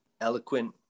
eloquent